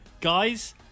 Guys